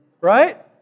Right